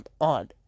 on